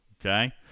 Okay